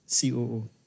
COO